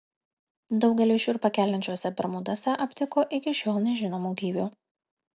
daugeliui šiurpą keliančiuose bermuduose aptiko iki šiol nežinomų gyvių